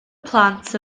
plant